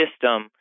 system